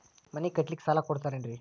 ಮನಿ ಕಟ್ಲಿಕ್ಕ ಸಾಲ ಕೊಡ್ತಾರೇನ್ರಿ?